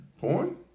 Porn